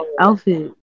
outfit